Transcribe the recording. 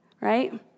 Right